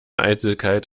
eitelkeit